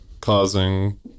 causing